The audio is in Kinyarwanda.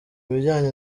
bijyanye